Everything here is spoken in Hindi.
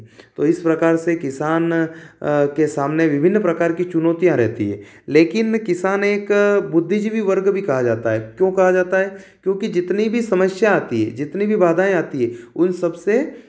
तो इस प्रकार से किसान के सामने विभिन्न प्रकार की चुनौतियाँ रहती हैं लेकिन किसान एक बुद्धिजीवी वर्ग भी कहा जाता है क्यों कहा जाता है क्योंकि जितने भी समस्या आती जितनी भी बाधाएँ आती है उन सबसे